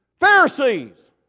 Pharisees